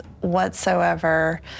whatsoever